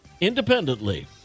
independently